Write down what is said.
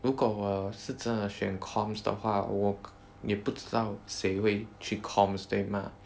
如果我是真的选 comms 的话我你不知道谁会去 comms 对吗